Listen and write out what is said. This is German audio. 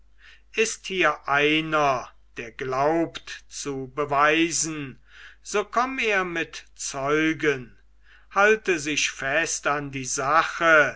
ist hier einer der glaubt zu beweisen so komm er mit zeugen halte sich fest an die sache